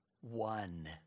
one